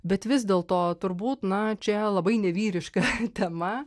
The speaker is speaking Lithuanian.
bet vis dėlto turbūt na čia labai nevyriška tema